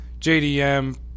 JDM